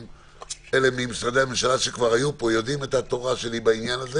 אלה ממשרדי הממשלה שכבר היו פה יודעים את התורה שלי בעניין הזה